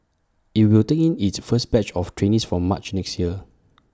IT will take in its first batch of trainees from March next year